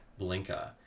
Blinka